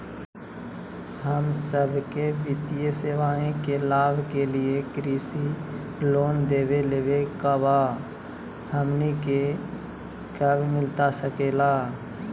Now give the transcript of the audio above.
हम सबके वित्तीय सेवाएं के लाभ के लिए कृषि लोन देवे लेवे का बा, हमनी के कब मिलता सके ला?